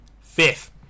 Fifth